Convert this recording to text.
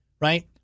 right